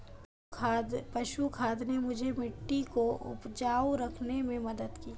पशु खाद ने मुझे मिट्टी को उपजाऊ रखने में मदद की